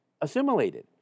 assimilated